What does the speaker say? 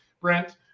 Brent